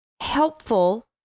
helpful